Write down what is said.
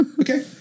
Okay